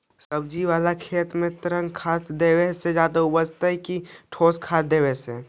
सब्जी बाला खेत में तरल खाद देवे से ज्यादा उपजतै कि ठोस वाला खाद देवे से?